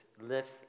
lifts